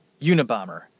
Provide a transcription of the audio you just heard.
Unabomber